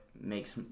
makes